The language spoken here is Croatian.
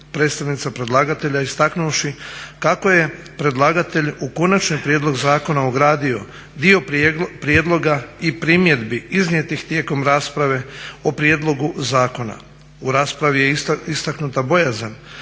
predstavnica predlagatelja, istaknuvši kako je predlagatelj u konačni prijedlog zakona ugradio dio prijedloga i primjedbi iznijetih tijekom rasprave o prijedlogu zakona. U raspravi je istaknuta bojazan